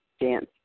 dance